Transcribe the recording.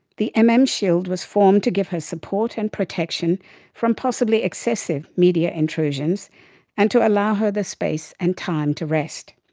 the mm shield was formed to give her support and protection from possibly excessive media intrusions and to allow her the space and time to rest.